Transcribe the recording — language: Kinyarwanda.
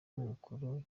nyamukuru